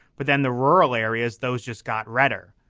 but then the rural areas those just got redder.